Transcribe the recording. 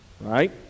right